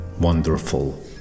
wonderful